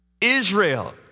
Israel